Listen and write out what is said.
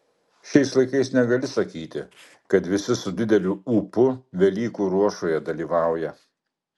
šiais laikais negali sakyti kad visi su dideliu ūpu velykų ruošoje dalyvauja